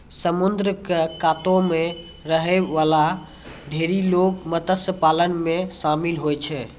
समुद्र क कातो म रहै वाला ढेरी लोग मत्स्य पालन म शामिल होय छै